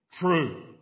true